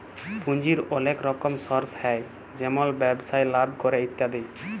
পুঁজির ওলেক রকম সর্স হ্যয় যেমল ব্যবসায় লাভ ক্যরে ইত্যাদি